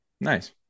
Nice